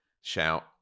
shout